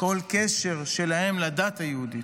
כל קשר שלהם לדת היהודית.